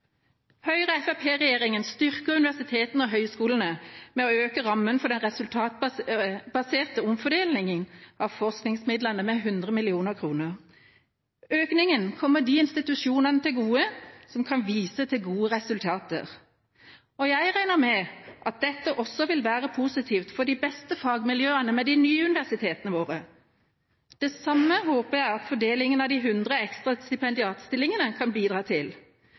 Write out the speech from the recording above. Høyre–Fremskrittsparti-regjeringa styrker universitetene og høyskolene gjennom å øke rammen for den resultatbaserte omfordelingen av forskningsmidlene med 100 mill. kr. Økningen kommer de institusjonene til gode som kan vise til gode resultater. Jeg regner med at dette også vil være positivt for de beste fagmiljøene ved de nye universitetene våre. Det samme håper jeg at fordelingen av de 100 ekstra stipendiatstillingene kan bidra til.